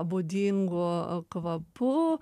būdingu kvapu